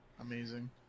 Amazing